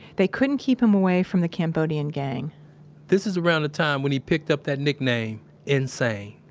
they couldn't keep him away from the cambodian gang this is around the time when he picked up that nickname insane.